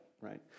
right